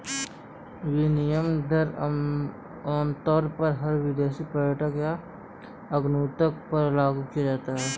विनिमय दर आमतौर पर हर विदेशी पर्यटक या आगन्तुक पर लागू किया जाता है